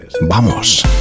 ¡vamos